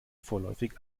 vorläufig